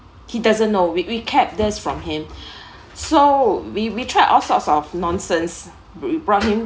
he doesn't know we we kept this from him so we we tried all sorts of nonsense but we've brought him